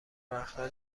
وقتها